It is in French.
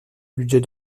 budget